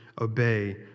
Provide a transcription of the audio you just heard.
obey